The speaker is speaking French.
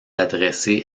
adressée